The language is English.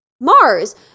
Mars